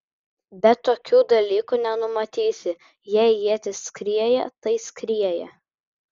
bet tokių dalykų nenumatysi jei ietis skrieja tai skrieja